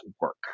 work